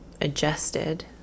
adjusted